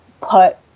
put